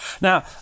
Now